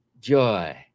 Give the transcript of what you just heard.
joy